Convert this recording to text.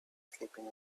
sleeping